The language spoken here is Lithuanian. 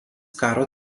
karo